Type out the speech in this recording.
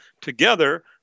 together